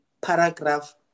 paragraph